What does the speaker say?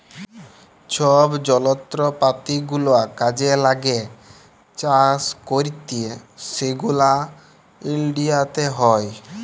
ছব যলত্রপাতি গুলা কাজে ল্যাগে চাষ ক্যইরতে সেগলা ইলডিয়াতে হ্যয়